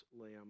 lamb